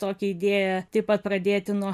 tokią idėją taip pat pradėti nuo